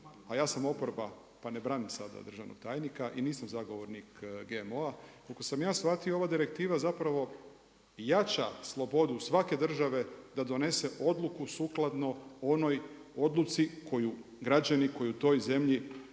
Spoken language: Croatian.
a ja sam oporba pa ne branim sada državnog tajnika i nisam zagovornik GMO-a, koliko sam ja shvatio ova direktiva zapravo jača slobodu svake države da donese odluku sukladno onoj odluci koju građani koji u toj zemlji